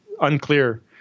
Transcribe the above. unclear